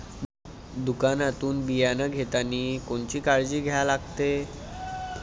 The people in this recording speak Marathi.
दुकानातून बियानं घेतानी कोनची काळजी घ्या लागते?